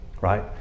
right